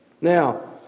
Now